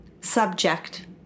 Subject